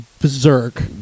berserk